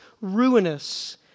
ruinous